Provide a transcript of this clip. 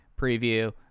preview